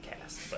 cast